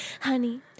honey